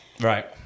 right